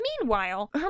Meanwhile